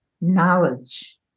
knowledge